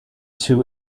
two